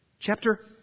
Chapter